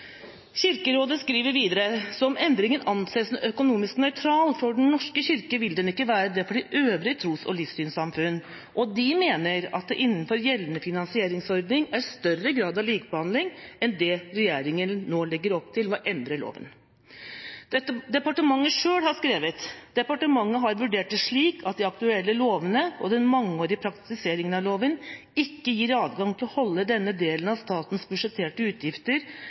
Kirkerådet skriver videre: Selv om endringen anses som økonomisk nøytral for Den norske kirke, vil den ikke være det for de øvrige tros- og livssynssamfunn. De mener at det innenfor gjeldende finansieringsordning er større grad av likebehandling enn det regjeringa nå legger opp til ved å endre loven. Departementet selv har skrevet: «Departementet har vurdert det slik at de aktuelle lovene og den mangeårige praktiseringen av lovene ikke gir adgang til å holde denne delen av statens budsjetterte utgifter